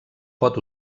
pot